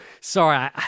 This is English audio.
sorry